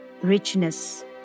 richness